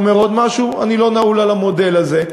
אומר עוד משהו: אני לא נעול על המודל הזה.